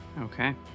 Okay